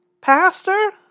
pastor